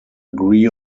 agree